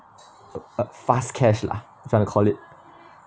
uh fast cash lah if you want to call it